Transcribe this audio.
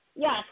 Yes